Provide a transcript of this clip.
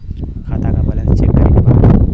खाता का balance check करे के बा?